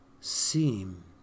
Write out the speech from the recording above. seem